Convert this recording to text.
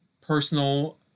personal